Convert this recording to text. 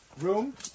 room